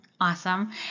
Awesome